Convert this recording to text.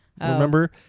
remember